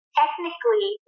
technically